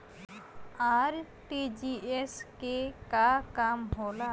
RTGS के का काम होला?